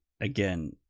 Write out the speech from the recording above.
again